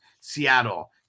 Seattle